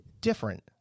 different